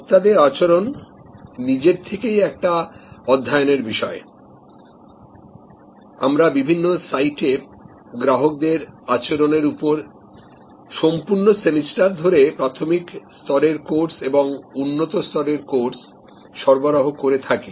ভোক্তাদের আচরণ নিজের থেকেই একটা অধ্যায়নের বিষয় আমরা বিভিন্ন সাইটে গ্রাহকদের আচরণের উপর সম্পূর্ণ সেমিস্টার ধরে প্রাথমিক স্তরের কোর্স এবং উন্নত স্তরের কোর্স সরবরাহ করে থাকি